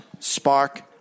spark